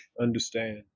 Understand